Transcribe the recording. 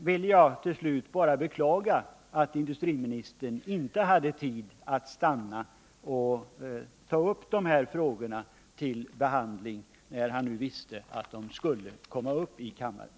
Till slut vill jag beklaga att industriministern inte hade tid att stanna kvar och ta upp de här frågorna till behandling, när han nu visste att de skulle komma upp i kammaren.